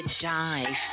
dive